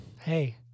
hey